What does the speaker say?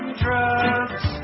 drugs